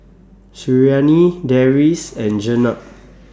Suriani Deris and Jenab